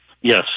yes